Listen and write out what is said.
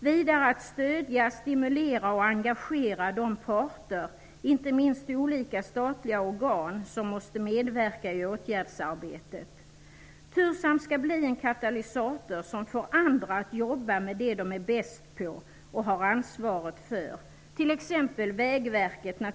Vidare skall TURSAM stödja, stimulera och engagera de parter, inte minst olika statliga organ, som måste medverka i åtgärdsarbetet. TURSAM skall bli en katalysator, som får andra att jobba med det som de är bäst på och har ansvaret för, t.ex.